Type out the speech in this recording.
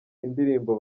indirimbo